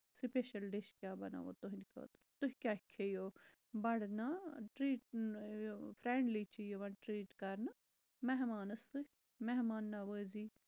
special dish کیاہ بَناوو تُہُند پٲٹھۍ تُہۍ کیاہ کھٮ۪یو بَڑٕ نا ٹریٖٹ فرینڈلی چھُ یِوان ٹریٖٹ کرنہٕ مہمانَس سۭتۍ مہمان نَوٲزی